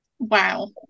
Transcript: wow